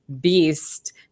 beast